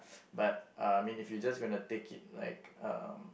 but uh I mean if you just gonna take it like um